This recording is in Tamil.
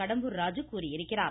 கடம்பூர் ராஜு கூறியிருக்கிறார்